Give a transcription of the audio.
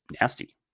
nasty